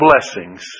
blessings